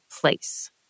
place